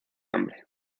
hambre